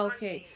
Okay